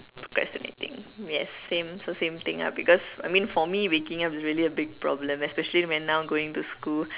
procrastinating yes same so same thing ah because I mean for me waking up is really a big problem especially when now I'm going to school